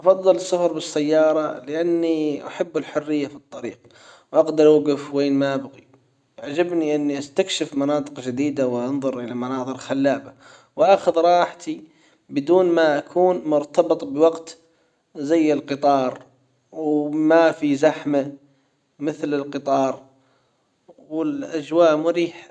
أفضل السفر بالسيارة لأني احب الحرية في الطريق أقدر أوجف وين ما ابغي أعجبني اني استكشف مناطق جديدة وأنظر الى مناظر خلابة وآخذ راحتي بدون ما اكون مرتبط بوقت زي القطار و ما في زحمة مثل القطار والاجواء مريحة.